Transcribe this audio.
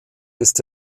ist